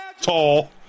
Tall